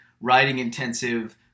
writing-intensive